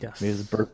yes